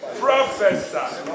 Professor